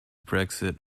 brexit